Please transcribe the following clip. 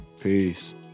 Peace